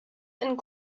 and